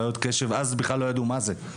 הבעיות הבריאותיות שלו לא נמחקות.